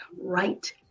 right